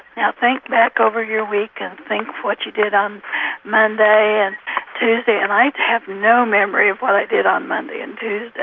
now think back over your week and think what you did on monday and tuesday and i have no memory of what i did on monday or and tuesday.